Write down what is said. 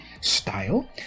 style